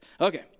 Okay